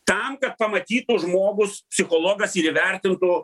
tam kad pamatytų žmogus psichologas ir įvertintų